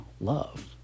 love